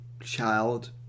child